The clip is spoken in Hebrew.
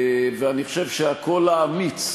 ואני חושב שהקול האמיץ